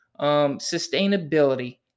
sustainability